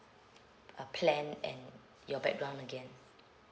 uh plan and your background again